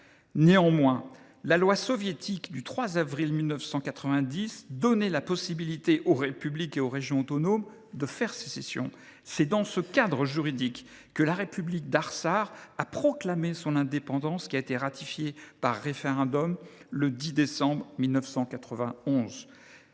Néanmoins, la loi soviétique du 3 avril 1990 donnait la possibilité aux républiques et aux régions autonomes de faire sécession. C’est dans ce cadre juridique que la République d’Artsakh a proclamé son indépendance, qui a été ratifiée par référendum le 10 décembre 1991.